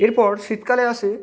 এরপর শীতকালে আসে